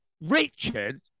Richard